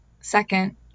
Second